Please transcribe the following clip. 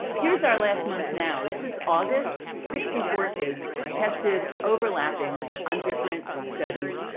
here's our last month. now this is august sixty four kids tested overlapping on different studies.